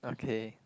okay